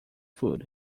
food